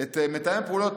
את מתאם הפעולות,